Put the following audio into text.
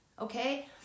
okay